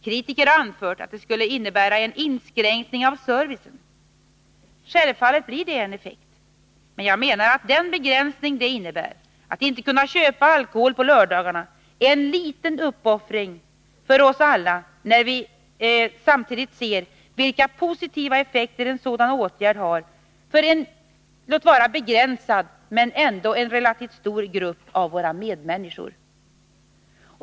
Kritiker har anfört att det skulle innebära en inskränkning av servicen. Självfallet blir det en effekt, men jag menar att den begränsning det innebär — att inte kunna köpa alkohol på lördagarna — är en liten uppoffring för oss alla när vi ser vilka positiva effekter en sådan åtgärd har för en begränsad, men ändå relativt stor grupp av våra medmänniskor.